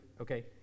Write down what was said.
Okay